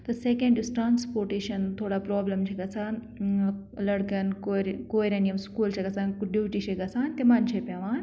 تہٕ سیکینٛڈ یُس ٹرٛانسپوٹیشَن تھوڑا پرٛابلِم چھِ گژھان لٔڑکَن کورِ کورٮ۪ن یِم سٔکوٗل چھِ گژھان ڈِوٹی چھِ گژھان تِمَن چھِ پٮ۪وان